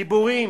דיבורים.